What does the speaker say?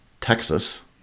Texas